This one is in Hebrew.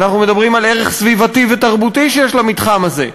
אנחנו מדברים על ערך סביבתי ותרבותי שיש למתחם הזה.